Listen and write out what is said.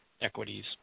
equities